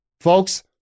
Folks